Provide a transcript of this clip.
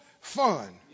fun